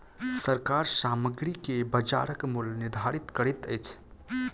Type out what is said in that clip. सरकार सामग्री के बजारक मूल्य निर्धारित करैत अछि